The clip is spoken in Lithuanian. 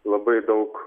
labai daug